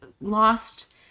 lost